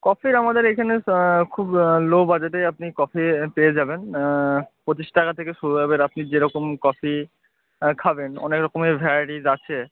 কফির আমাদের এখানে খুব লো বাজেটেই আপনি কফি পেয়ে যাবেন পঁচিশ টাকা থেকে শুরু এবার আপনি যেরকম কফি খাবেন অনেক রকমের ভ্যারাইটিস আছে